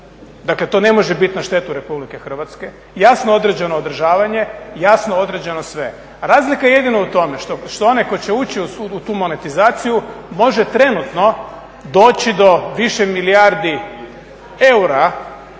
Dakle, to ne može bit na štetu Republike Hrvatske. Jasno određeno održavanje, jasno određeno sve. Razlika je jedino u tome što onaj tko će ući u tu monetizaciju može trenutno doći do više milijardi eura